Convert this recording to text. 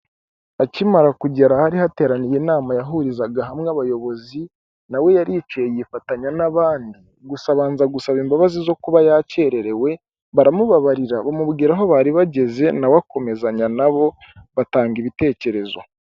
Akimara kugera ahari hateraniye inama yahurizaga hamwe abayobozi nawe yaricaye yifatanya n'abandi, gusa abanza gusaba imbabazi zo kuba yakererewe baramubabarira, bamubwira aho bari bageze nawe akomezanya na bo batanga ibitekerezo.